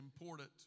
important